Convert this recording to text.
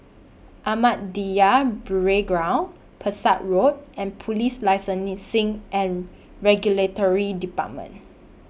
Ahmadiyya Burial Ground Pesek Road and Police Licensing and Regulatory department